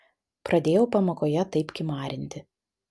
pradėjau pamokoje taip kimarinti